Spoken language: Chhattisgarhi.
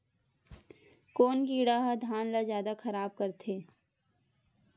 कोन कीड़ा ह धान ल जादा खराब करथे?